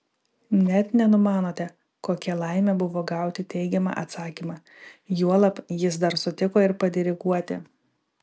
net nenumanote kokia laimė buvo gauti teigiamą atsakymą juolab jis dar sutiko ir padiriguoti